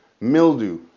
mildew